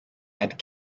had